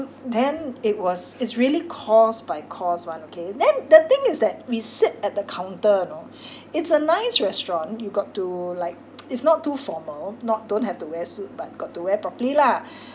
then it was it's really course by course [one] okay then the thing is that we sit at the counter you know it's a nice restaurant you got to like it's not too formal not don't have to wear suit but got to wear properly lah